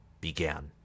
began